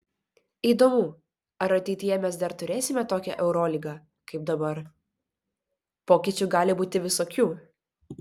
įdomu ar ateityje mes dar turėsime tokią eurolygą kaip dabar pokyčių gali būti visokių